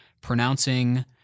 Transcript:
pronouncing